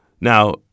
Now